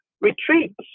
retreats